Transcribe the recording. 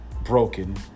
broken